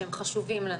שהם חשובים לנו.